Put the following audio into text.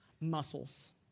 muscles